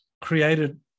created